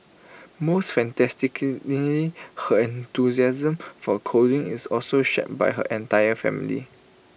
most fantastic lingy her enthusiasm for coding is also shared by her entire family